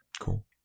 Cool